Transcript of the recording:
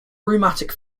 rheumatic